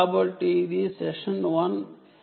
కాబట్టి ఇది సెషన్ 1